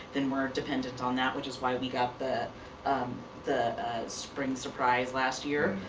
then we're dependent on that, which is why we got the the spring surprise last year.